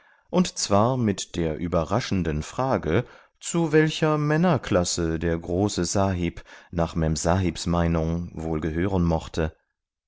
und zwar mit der überraschenden frage zu welcher männerklasse der große sahib nach memsahibs meinung wohl gehören mochte